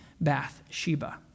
Bathsheba